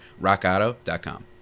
Rockauto.com